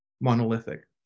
monolithic